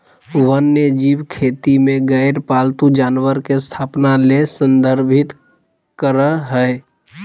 वन्यजीव खेती में गैर पालतू जानवर के स्थापना ले संदर्भित करअ हई